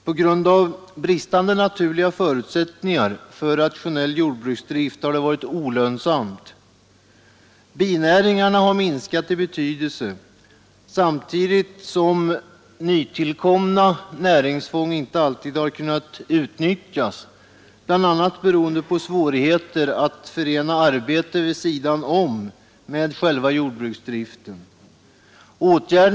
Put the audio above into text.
På grund av bristande naturliga förutsättningar för rationell jordbruksdrift har det varit olönsamt. Binäringarna har minskat i betydelse, samtidigt som nytillkomna näringsfång inte alltid har kunnat utnyttjas, bl.a. beroende på svårigheter att förena arbete vid sidan om med själva jordbruksdriften.